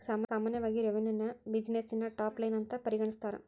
ಸಾಮಾನ್ಯವಾಗಿ ರೆವೆನ್ಯುನ ಬ್ಯುಸಿನೆಸ್ಸಿನ ಟಾಪ್ ಲೈನ್ ಅಂತ ಪರಿಗಣಿಸ್ತಾರ?